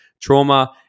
trauma